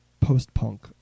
post-punk